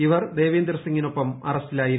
ഇവർ ദേവിന്ദർ സിംഗിനൊപ്പം അറസ്റ്റിലായിരുന്നു